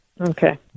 Okay